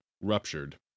ruptured